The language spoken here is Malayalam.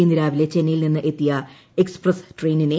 ഇന്ന് രാവിലെ ചെന്നൈയിൽ നിന്ന് എത്തിയ എക്സ്പ്രസ് ട്രെയിനിനെ എൻ